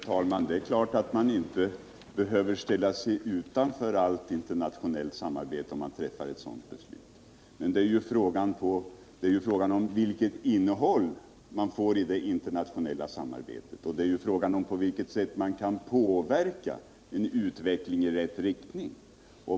Herr talman! Det är klart att man inte behöver ställa sig utanför allt internationellt samarbete om man fattar ett sådant beslut, men det är ju fråga om vilket innehåll man får i det internationella samarbetet och på vilket sätt man kan påverka en utveckling i rätt riktning.